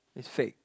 is fake